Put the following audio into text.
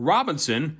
Robinson